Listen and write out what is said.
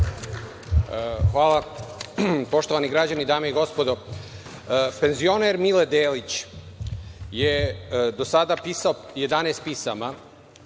Hvala. Poštovani građani, dame i gospodo, penzioner Mile Delić je do sada pisao 11 pisama